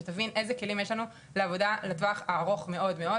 שתבין אילו כלים יש לנו לעבודה לטווח הארוך מאוד מאוד,